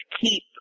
keep